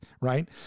right